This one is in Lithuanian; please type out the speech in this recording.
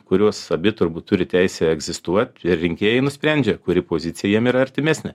kurios abi turbūt turi teisę egzistuot ir rinkėjai nusprendžia kuri pozicija jiem yra artimesnė